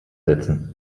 setzen